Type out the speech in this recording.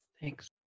Thanks